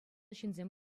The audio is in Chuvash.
ҫынсем